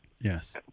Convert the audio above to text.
Yes